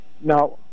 Now